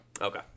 Okay